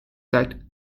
that